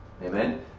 Amen